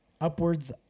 Upwards